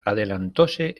adelantóse